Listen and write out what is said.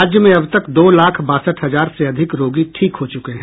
राज्य में अब तक दो लाख बासठ हजार से अधिक रोगी ठीक हो चुके हैं